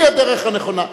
הוא הדרך הנכונה.